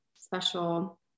special